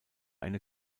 eine